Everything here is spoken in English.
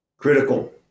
critical